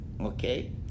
Okay